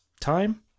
time